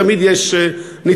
תמיד יש ניצולים.